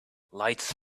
lights